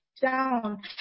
down